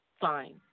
fine